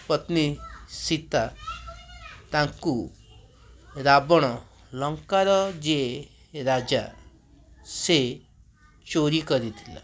ପତ୍ନୀ ସୀତା ତାଙ୍କୁ ରାବଣ ଲଙ୍କାର ଯିଏ ରାଜା ସେ ଚୋରି କରିଥିଲା